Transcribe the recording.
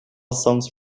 songs